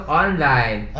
online